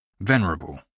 Venerable